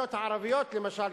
הרשויות הערביות למשל,